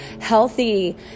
healthy